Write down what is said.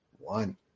one